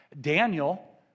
Daniel